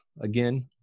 again